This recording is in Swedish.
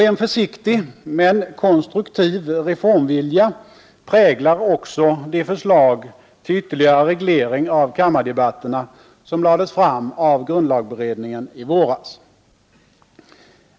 En försiktig men konstruktiv reformvilja präglar också de förslag till ytterligare reglering av kammardebatterna som lades fram av grundlagberedningen i våras.